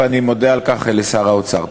ואני מודה על כך לשר האוצר.